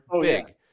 big